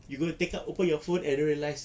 you gonna take out open your phone and then realise